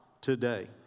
today